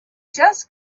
just